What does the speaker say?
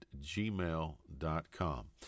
gmail.com